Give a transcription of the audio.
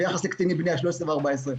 ביחס לקטינים בני ה-13 וה-14.